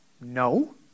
no